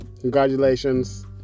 Congratulations